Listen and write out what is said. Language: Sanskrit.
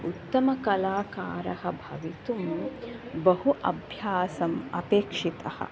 उत्तमकलाकारः भवितुं बहु अभ्यासम् अपेक्षितः